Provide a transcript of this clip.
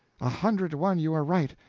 a hundred to one you are right.